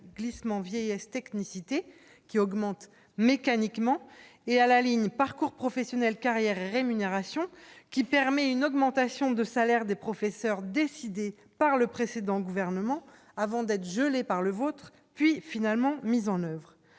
glissement vieillesse technicité qui augmente mécaniquement et à la ligne, parcours professionnels carrières et rémunérations qui permet une augmentation de salaire des professeurs décidés par le précédent gouvernement, avant d'être gelé par le vôtre, puis finalement mise en oeuvre,